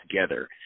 together